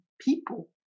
people